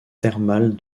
thermale